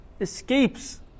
Escapes